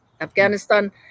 Afghanistan